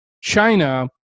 China